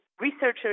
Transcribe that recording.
researchers